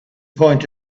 point